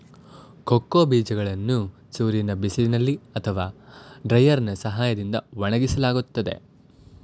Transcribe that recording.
cocoa ಬೀಜಗಳನ್ನು ಸೂರ್ಯನ ಬಿಸಿಲಿನಲ್ಲಿ ಅಥವಾ ಡ್ರೈಯರ್ನಾ ಸಹಾಯದಿಂದ ಒಣಗಿಸಲಾಗುತ್ತದೆ